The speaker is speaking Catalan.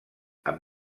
amb